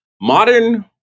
Modern